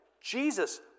Jesus